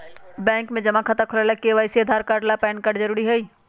bank में जमा खाता खुलावे ला के.वाइ.सी ला आधार कार्ड आ पैन कार्ड जरूरी हई